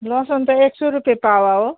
लसुन त एक सौ रुपियाँ पावा हो